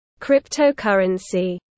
Cryptocurrency